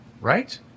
right